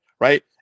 Right